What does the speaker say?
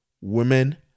Women